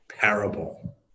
parable